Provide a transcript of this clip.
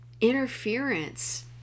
interference